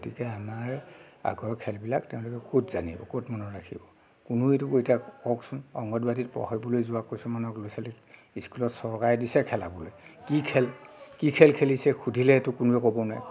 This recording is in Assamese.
গতিকে আমাৰ আগৰ খেলবিলাক তেওঁলোকে ক'ত জানিব ক'ত মনত ৰাখিব কোনোৱে এইটো এতিয়া কওকচোন অংগনবাড়ীত পঢ়িবলৈ যোৱা কিছুমানক ল'ৰা ছোৱালীক স্কুলত চৰকাৰে দিছে খেলাবলৈ কি খেল কি খেল খেলিছে সুধিলেতো কোনোৱে ক'ব নোৱাৰে